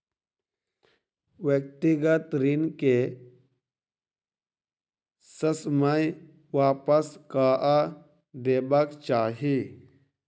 व्यक्तिगत ऋण के ससमय वापस कअ देबाक चाही